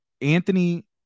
Anthony